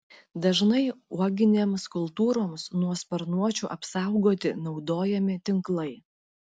dažnai uoginėms kultūroms nuo sparnuočių apsaugoti naudojami tinklai